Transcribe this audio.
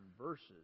verses